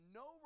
no